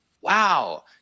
Wow